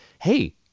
hey